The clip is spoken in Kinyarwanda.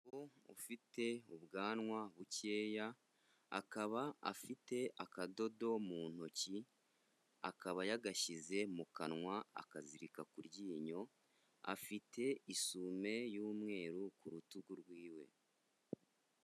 Umuntu ufite ubwanwa bukeya, akaba afite akadodo mu ntoki, akaba yagashyize mu kanwa akazirika ku ryinyo, afite isume y'umweru ku rutugu rwe.